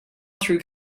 through